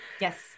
Yes